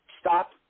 stop